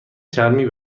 چرمی